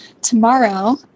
tomorrow